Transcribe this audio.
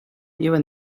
even